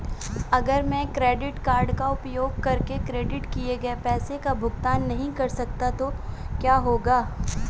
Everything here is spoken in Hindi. अगर मैं क्रेडिट कार्ड का उपयोग करके क्रेडिट किए गए पैसे का भुगतान नहीं कर सकता तो क्या होगा?